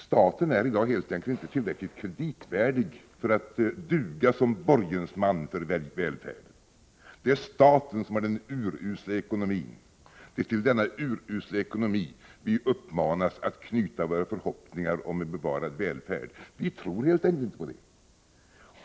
Staten är helt enkelt inte tillräckligt kreditvärdig för att duga som borgensman för välfärden. Det är staten som har den urusla ekonomin, och det är till denna urusla ekonomi som vi uppmanas att knyta våra förhoppningar om en bevarad välfärd. Jag tror helt enkelt inte på det.